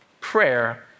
Prayer